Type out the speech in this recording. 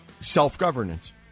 self-governance